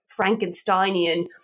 Frankensteinian